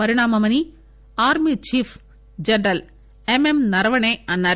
పరిణామమని army chief general M M Naravane అన్నారు